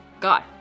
God